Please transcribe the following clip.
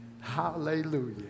hallelujah